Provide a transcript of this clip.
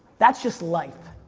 that's just life.